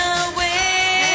away